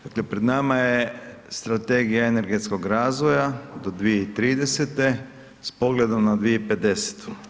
Dakle, pred nama je Strategija energetskog razvoja do 2030. s pogledom na 2050.